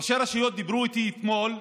ראשי הרשויות דיברו איתי אתמול,